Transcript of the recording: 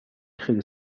خیلی